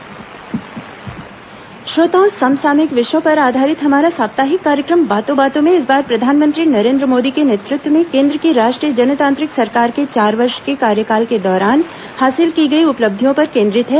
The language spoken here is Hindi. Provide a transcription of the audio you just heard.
बातों बातों में समसामयिक विषयों पर आधारित हमारा साप्ताहिक कार्यक्रम बातों बातों में इस बार प्रधानमंत्री नरेन्द्र मोदी के नेतृत्व में केंद्र की राष्ट्रीय जनतांत्रिक सरकार के चार वर्ष के कार्यकाल के दौरान हासिल की गई उपलब्धियों पर केंद्रित है